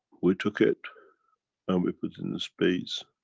we took it and we put in a space,